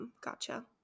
Gotcha